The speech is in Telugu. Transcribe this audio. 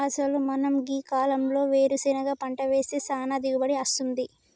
అసలు మనం గీ కాలంలో వేరుసెనగ పంట వేస్తే సానా దిగుబడి అస్తుంది